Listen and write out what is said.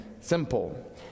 simple